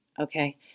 Okay